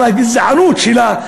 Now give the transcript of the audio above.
על הגזענות שלה,